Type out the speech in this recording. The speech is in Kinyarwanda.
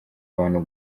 abantu